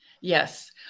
Yes